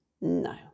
No